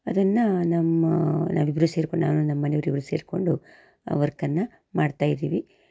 ಅದನ್ನು ನಮ್ಮ ನಾವಿಬ್ಬರು ಸೇರ್ಕೊಂಡು ನಾನು ನಮ್ಮನೆಯವ್ರು ಇಬ್ಬರೂ ಸೇರಿಕೊಂಡು ಆ ವರ್ಕನ್ನು ಮಾಡ್ತಾ ಇದ್ದೀವಿ